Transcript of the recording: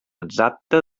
exacta